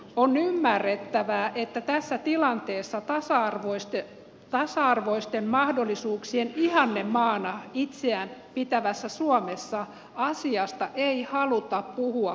on ymmärrettävää että tässä tilanteessa tasa arvoisten mahdollisuuksien ihannemaana itseään pitävässä suomessa asiasta ei haluta puhua kovin paljoa